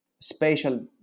spatial